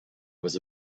was